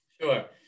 sure